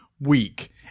week